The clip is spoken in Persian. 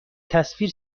تصویر